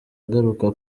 agaruka